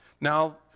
Now